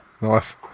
Nice